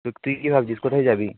তো তুই কী ভাবছিস কোথায় যাবি